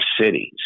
cities